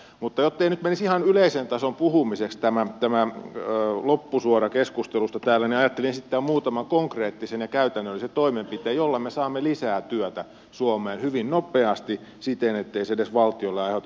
mutta jottei nyt menisi ihan yleisen tason puhumiseksi tämä loppusuora keskustelusta niin ajattelin esittää muutaman konkreettisen ja käytännöllisen toimenpiteen jolla me saamme lisää työtä suomeen hyvin nopeasti siten ettei se edes valtiolle aiheuta suunnattomia kustannuksia